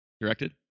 directed